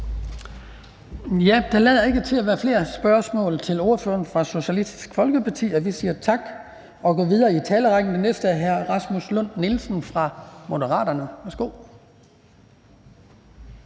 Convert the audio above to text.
Der lader ikke til at være flere spørgsmål til ordføreren fra Socialistisk Folkeparti, så vi siger tak. Og vi går videre i talerrækken til hr. Rasmus Lund-Nielsen fra Moderaterne. Værsgo.